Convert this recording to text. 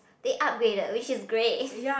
they upgraded which is great